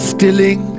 Stilling